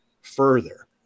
further